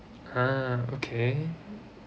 ah okay